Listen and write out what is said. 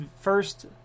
first